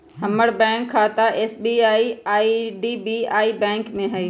हमर बैंक खता एस.बी.आई आऽ आई.डी.बी.आई बैंक में हइ